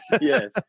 yes